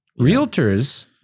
Realtors